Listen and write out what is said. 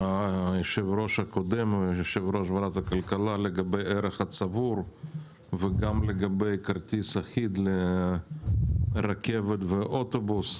היושב-ראש הקודם לגבי הערך הצבור וכן שיהיה כרטיס אחיד לרכבת ואוטובוס.